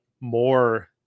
more